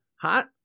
hot